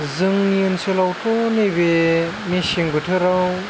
जोंनि ओनसोलावथ' नैबे मेसें बोथोराव